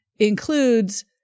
Includes